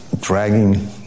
dragging